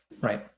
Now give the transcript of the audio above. right